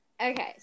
Okay